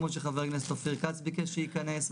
כמו שחבר הכנסת אופיר כץ ביקש שייכנס,